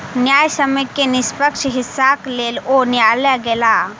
न्यायसम्य के निष्पक्ष हिस्साक लेल ओ न्यायलय गेला